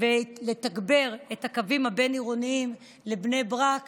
ולתגבר את הקווים הבין-עירוניים לבני ברק